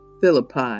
Philippi